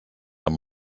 amb